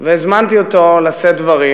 והזמנתי אותו לשאת דברים.